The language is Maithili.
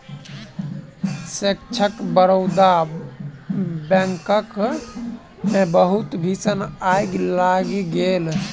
क्षेत्रक बड़ौदा बैंकक मे बहुत भीषण आइग लागि गेल